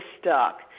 stuck